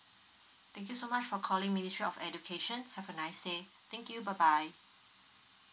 thank you so much for calling ministry of education have a nice day thank you bye bye